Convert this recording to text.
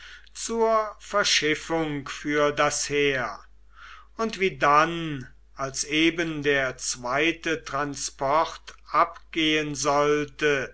zur verschiffung für das heer und wie dann als eben der zweite transport abgehen sollte